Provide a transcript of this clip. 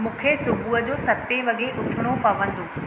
मूंखे सुबुह जो सतें वॻे उथिणो पवंदो